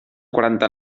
quaranta